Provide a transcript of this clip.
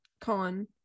con